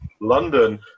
London